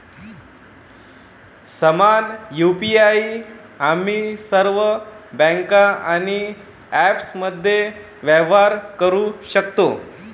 समान यु.पी.आई आम्ही सर्व बँका आणि ॲप्समध्ये व्यवहार करू शकतो